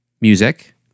music